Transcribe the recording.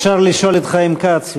אפשר לשאול את חיים כץ,